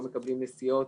לא מקבלים נסיעות.